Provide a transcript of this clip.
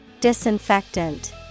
Disinfectant